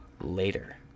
later